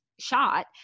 shot